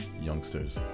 youngsters